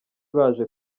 baje